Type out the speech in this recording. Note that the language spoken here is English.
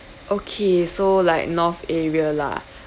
okay so like north area lah